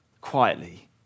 quietly